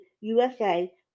USA